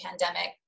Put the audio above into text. pandemic